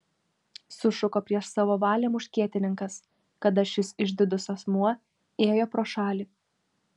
sušuko prieš savo valią muškietininkas kada šis išdidus asmuo ėjo pro šalį